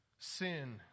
Sin